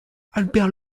albert